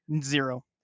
zero